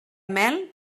mel